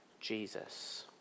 Jesus